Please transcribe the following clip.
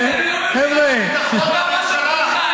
וחבר'ה, מה אתה מדבר?